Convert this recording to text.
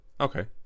okay